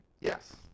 Yes